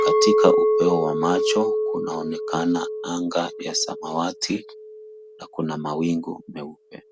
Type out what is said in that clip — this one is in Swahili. Katika upeo wa macho, kunaonekana anga ya samawati na kuna mawingu meupe.